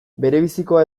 berebizikoa